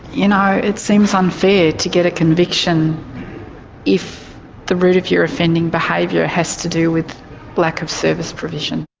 you know it seems unfair to get a conviction if the root of your offending behaviour has to do with lack of service provision.